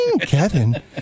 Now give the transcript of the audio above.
Kevin